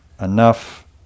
enough